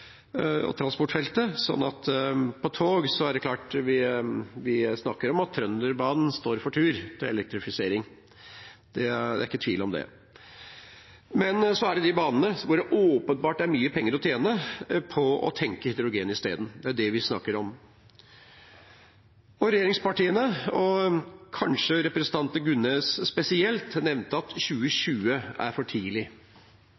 og på transportfeltet, så når det gjelder tog, er det klart at vi snakker om at Trønderbanen står for tur til å bli elektrifisert – det er ikke tvil om det. Men det er de banene hvor det åpenbart er mye penger å tjene på å tenke hydrogen isteden, vi snakker om. Regjeringspartiene, og kanskje representanten Gunnes spesielt, nevnte at